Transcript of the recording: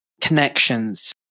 connections